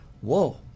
whoa